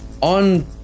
on